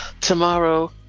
tomorrow